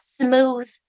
smooth